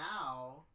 now